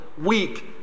weak